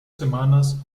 semanas